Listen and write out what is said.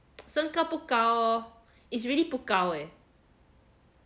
身高不高 lor it's really 不高 leh